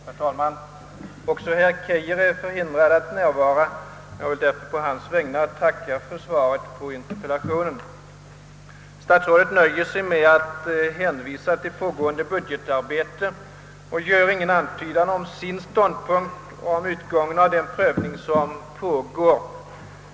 Herr talman! Också herr Keijer är förhindrad att närvara i dag, varför jag ber att å hans vägnar få tacka för svaret på interpellationen. Statsrådet nöjer sig med att hänvisa till pågående budgetarbete och gör ingen antydan om sin ståndpunkt beträffande den prövning som pågår.